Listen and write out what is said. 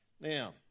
Now